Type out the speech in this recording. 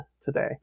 today